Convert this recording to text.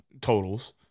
totals